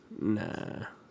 Nah